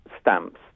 Stamps